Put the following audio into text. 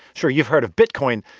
sure, you've heard of bitcoin,